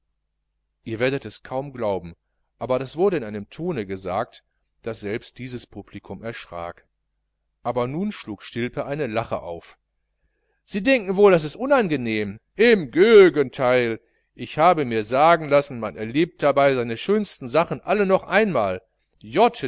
ihr werdet es kaum glauben aber das wurde in einem tone gesagt daß selbst dieses publikum erschrak aber nun schlug stilpe eine lache auf sie denken wohl das ist unangenehm im gögenteil ich habe mir sagen lassen man erlebt da seine schönsten sachen alle noch einmal